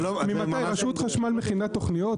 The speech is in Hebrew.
רשות חשמל מכינה תוכניות?